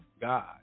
God